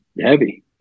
heavy